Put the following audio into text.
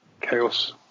Chaos